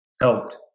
helped